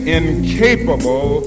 incapable